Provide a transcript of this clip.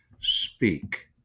speak